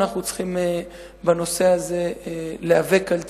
אנחנו צריכים בנושא הזה להיאבק על צדקתנו.